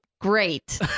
Great